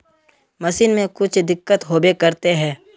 Machine में कुछ दिक्कत होबे करते है?